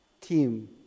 team